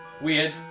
Weird